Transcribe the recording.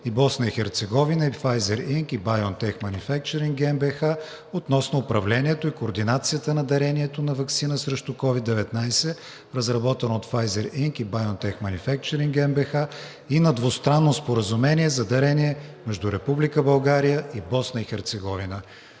и Босна и Херцеговина и Pfizer Inc. и BioNTech Manufacturing GmbH относно управлението и координацията на дарението на ваксина срещу COVID-19, разработена от Pfizer Inc. и BioNTech Manufacturing GmbH и на Двустранно споразумение за дарение между Република България и Босна и Херцеговина,